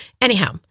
Anyhow